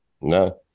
No